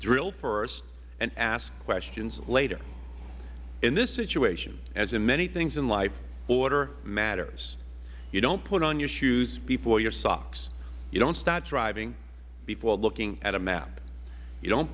drill first and ask questions later in this situation as in many things in life order matters you don't put on your shoes before your socks you don't start driving before looking at a map you don't